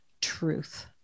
truth